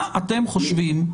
מה אתם חושבים.